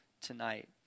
tonight